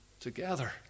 Together